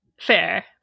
Fair